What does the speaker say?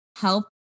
help